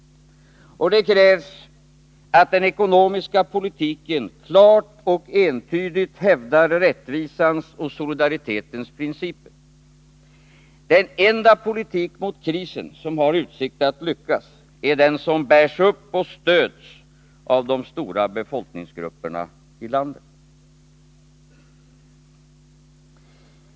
Och det krävs att den ekonomiska politiken klart och entydigt hävdar rättvisans och solidaritetens principer. Den enda politik mot krisen som har utsikt att lyckas är den som bärs upp och stöds av de stora befolkningsgrupperna i landet.